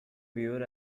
viewed